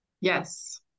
Yes